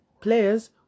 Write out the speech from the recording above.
Players